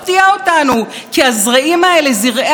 כבר נטמנו באותו נאום מסוכן שלך.